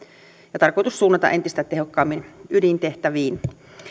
ja tarkoitus suunnata entistä tehokkaammin ydintehtäviin